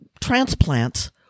transplants